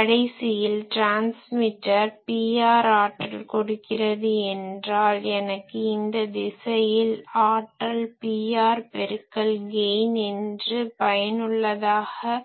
கடைசியில் transmitter Pr ஆற்றல் கொடுக்கிறது என்றால் எனக்கு இந்த திசையில் ஆற்றல் Pr பெருக்கல் கெய்ன் G என்று பயனுள்ளதாக